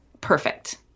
perfect